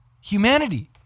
humanity